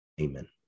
Amen